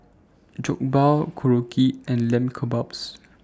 Jokbal Korokke and Lamb Kebabs